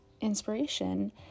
inspiration